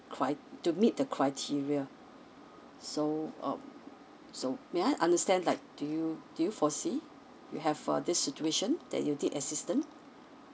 cri~ to meet the criteria so um so may I understand like do you do you foresee you have uh this situation that you need assistant